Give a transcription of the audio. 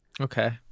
Okay